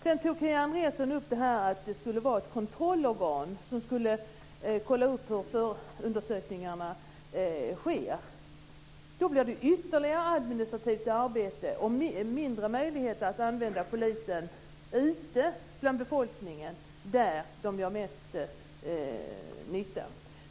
Sedan tog Kia Andreasson upp detta med att det skulle vara ett kontrollorgan som skulle följa upp förundersökningarna. Då blir det ytterligare administrativt arbete och mindre möjlighet att använda poliserna ute i befolkningen, där de gör mest nytta.